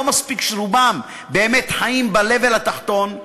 לא מספיק שרובם באמת חיים ב-level התחתון,